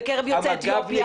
יש אלימות בקרב יוצאי אתיופיה.